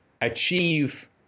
achieve